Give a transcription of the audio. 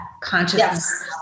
consciousness